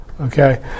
Okay